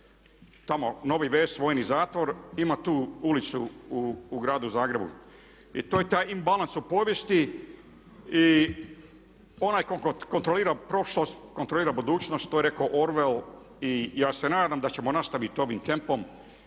tamo Nova Ves vojni zatvor ima tu ulicu u gradu Zagrebu. To je taj disbalans u povijesti. I onaj tko kontrolira prošlost kontrolira budućnost, to je rekao Orwell. Ja se nadam da ćemo nastaviti ovim tempom